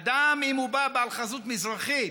אדם, אם הוא בעל חזות מזרחית,